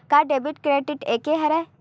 का debit credit एके हरय?